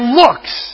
looks